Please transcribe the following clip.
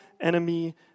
enemy